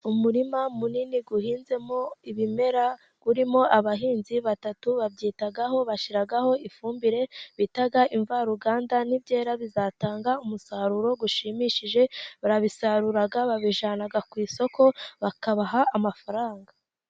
Umurima munini uhinzemo ibimera, urimo abahinzi batatu babyitaho bashyiraho ifumbire, bita imvaruganda n'ibyera bizatanga umusaruro ushimishije barabisarura babijyana ku isoko, bakabaha amafaranga.